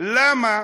למה